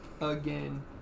again